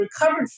recovered